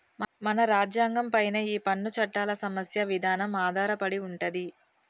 మన రాజ్యంగం పైనే ఈ పన్ను చట్టాల సమస్య ఇదానం ఆధారపడి ఉంటది